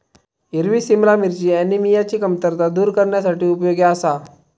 हिरवी सिमला मिरची ऍनिमियाची कमतरता दूर करण्यासाठी उपयोगी आसा